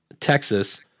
Texas